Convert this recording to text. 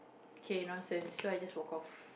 K nonsense so I just walk off